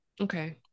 Okay